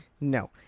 No